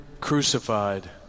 crucified